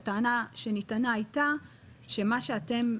הטענה שנטענה הייתה שמה שאתם עושים,